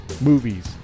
movies